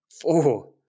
Four